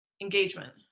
Engagement